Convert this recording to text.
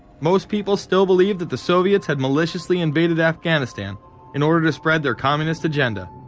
most people still believe that the soviets had maliciously invaded afghanistan in order to spread their communist agenda.